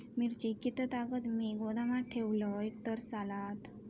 मिरची कीततागत मी गोदामात ठेवलंय तर चालात?